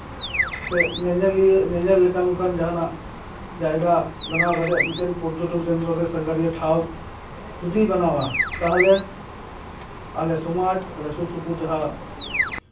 ᱥᱮ ᱧᱮᱧᱮᱞᱤᱭᱟᱹ ᱧᱮᱧᱮᱞ ᱞᱮᱠᱟ ᱡᱟᱦᱟᱱᱟᱜ ᱡᱟᱭᱜᱟ ᱵᱮᱱᱟᱣ ᱠᱟᱛᱮ ᱢᱤᱫᱴᱮᱱ ᱯᱚᱨᱡᱚᱴᱚᱱ ᱠᱮᱫᱨᱚ ᱥᱮ ᱥᱟᱸᱜᱷᱟᱨᱤᱭᱟᱹ ᱴᱷᱟᱶ ᱡᱩᱫᱤᱭ ᱵᱮᱱᱟᱣᱟ ᱛᱟᱦᱚᱞᱮ ᱟᱞᱮ ᱥᱚᱢᱟᱡᱽ ᱟᱞᱮ ᱥᱩᱨ ᱥᱩᱯᱩᱨ ᱡᱟᱦᱟᱸ